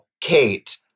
Kate